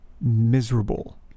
miserable